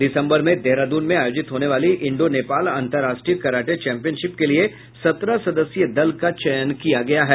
दिसंबर में देहरादून में आयोजित होने वाली इंडो नेपाल अंतर्राष्ट्रीय कराटे चैंपयिनशिप के लिये सत्रह सदस्यीय दल का चयन किया गया है